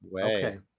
Okay